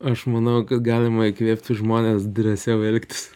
aš manau kad galima įkvėpti žmones drąsiau elgtis